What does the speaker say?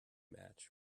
match